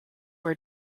were